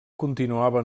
continuava